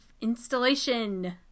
installation